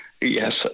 yes